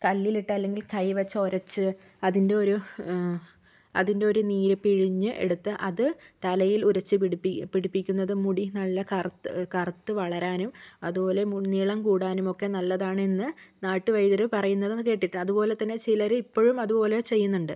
കല്ലിലിട്ട് അല്ലെങ്കിൽ കൈ വച്ചൊരച്ച് അതിന്റൊരു അതിന്റൊരു നീരു പിഴിഞ്ഞ് എടുത്ത് അത് തലയിൽ ഉരച്ചു പിടിപ്പി പിടിപ്പിക്കുന്നത് മുടി നല്ല കറുത്ത് വളരാനും അതുപോലെ നീളം കൂടാനുമൊക്കെ നല്ലതാണ് എന്ന് നാട്ടുവൈദ്യര് പറയുന്നത് കേട്ടിട്ടുണ്ട് അതുപോലെ തന്നെ ചിലര് ഇപ്പോഴും അതുപോലെ ചെയ്യുന്നുണ്ട്